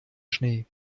schnee